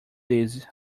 these